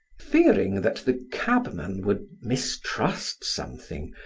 fearing that the cabman would mistrust something,